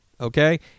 okay